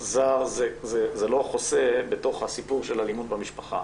זר לא חוסה בתוך הסיפור של אלימות במשפחה,